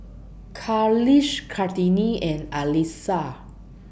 Khalish Kartini and Alyssa